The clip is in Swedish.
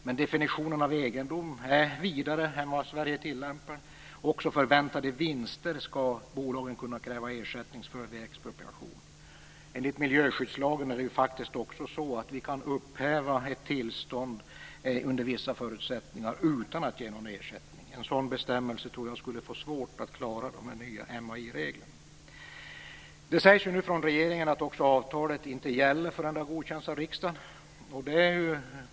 Men definitionen av egendom är vidare än vad Sverige tillämpar. Bolagen skall kunna kräva ersättning även för förväntade vinster vid expropriation. Enligt miljöskyddslagen är det faktiskt också så att vi kan upphäva ett tillstånd under vissa förutsättningar utan att ge någon ersättning. Jag tror att en sådan bestämmelse skulle få svårt att klara de nya MAI-reglerna. Nu säger regeringen att avtalet inte gäller förrän det har godkänts av riksdagen.